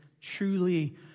truly